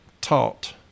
taught